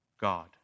God